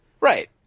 Right